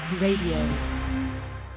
Radio